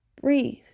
Breathe